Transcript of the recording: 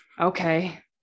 okay